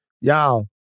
Y'all